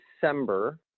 December